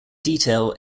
detail